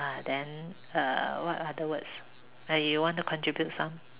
uh then uh what other words uh you want to contribute some